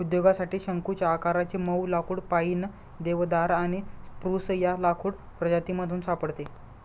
उद्योगासाठी शंकुच्या आकाराचे मऊ लाकुड पाईन, देवदार आणि स्प्रूस या लाकूड प्रजातीमधून सापडते